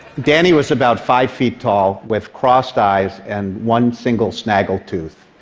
danny was about five feet tall with crossed eyes and one single snaggletooth,